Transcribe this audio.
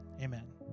Amen